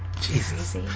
Jesus